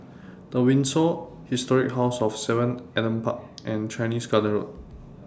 The Windsor Historic House of seven Adam Park and Chinese Garden Road